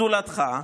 זולתך,